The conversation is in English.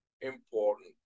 important